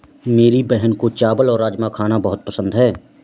मेरी बहन को चावल और राजमा खाना बहुत पसंद है